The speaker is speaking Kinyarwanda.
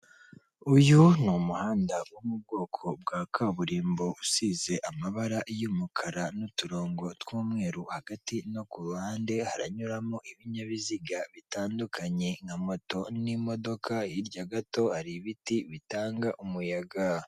Uyu ni umuhanda wo mu bwoko bwa kaburimbo usize amabara y'umukara n'uturongo tw'umweru hagati no ku ruhande, haranyuramo ibinyabiziga bitandukanye nka moto n'imodoka, hirya gato hari ibiti bitanga umuyaga.